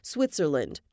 Switzerland